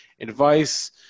advice